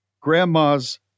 grandma's